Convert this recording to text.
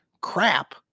crap